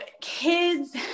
kids